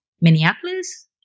Minneapolis